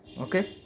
Okay